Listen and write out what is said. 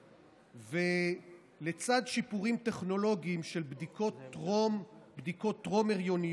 לצד שיפורים טכנולוגיים של בדיקות טרום-הריוניות,